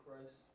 Christ